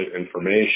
information